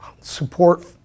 support